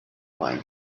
pine